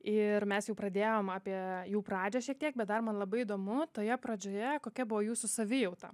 ir mes jau pradėjom apie jų pradžią šiek tiek bet dar man labai įdomu toje pradžioje kokia buvo jūsų savijauta